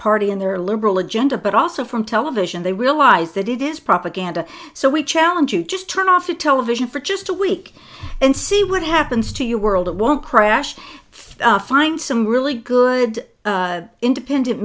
party and their liberal agenda but also from television they realize that it is propaganda so we challenge you just turn off the television for just a week and see what happens to your world it won't crash find some really good independent